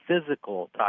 physical